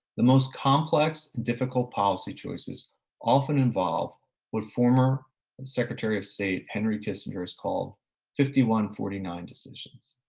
the most complex, difficult policy choices often involve with former and secretary of state henry kissinger has called fifty one forty nine decisions.